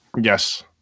Yes